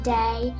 day